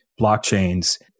blockchains